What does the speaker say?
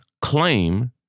claim